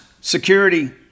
Security